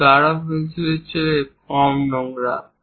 এবং গাঢ় পেন্সিলের চেয়ে কম নোংরা